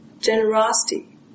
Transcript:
generosity